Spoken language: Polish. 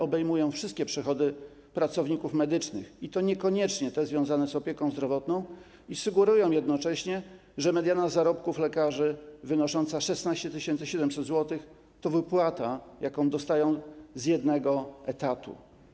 Obejmują one wszystkie przychody pracowników medycznych, niekoniecznie te związane z opieką zdrowotną, i sugerują jednocześnie, że mediana zarobków lekarzy wynosząca 16 700 zł to wypłata, jaką dostają z jednego etatu.